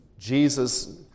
Jesus